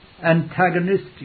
antagonistic